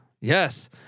Yes